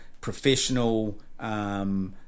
professional